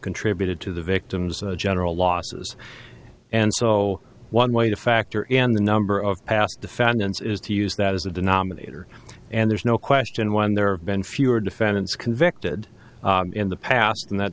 contributed to the victim's general losses and so one way to factor in the number of past defendants is to use that as a denominator and there's no question when there been fewer defendants convicted in the past and that